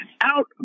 out